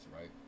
right